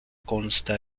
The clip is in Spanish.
consta